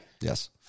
Yes